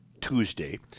Tuesday